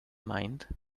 mind